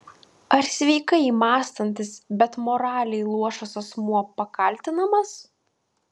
ar sveikai mąstantis bet moraliai luošas asmuo pakaltinamas